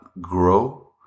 grow